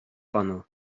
panu